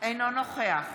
אינו נוכח